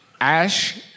ash